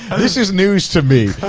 this is news to me.